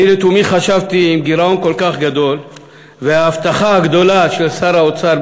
אני לתומי חשבתי שעם גירעון כל כך גדול וההבטחה הגדולה של שר האוצר,